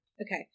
Okay